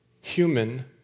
human